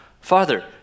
Father